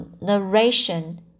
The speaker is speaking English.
narration